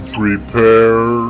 prepare